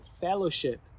fellowship